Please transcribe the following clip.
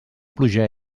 pluja